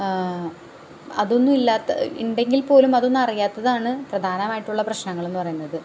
അതൊന്നും ഇല്ലാത്ത ഉണ്ടെങ്കിൽ പോലും അതൊന്നുമറിയാത്തതാണ് പ്രധാനമായിട്ടുള്ള പ്രശ്നങ്ങൾ എന്ന് പറയുന്നത്